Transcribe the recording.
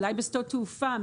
אולי בשדות תעופה,